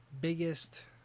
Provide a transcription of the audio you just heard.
biggest